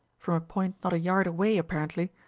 from a point not a yard away, apparently,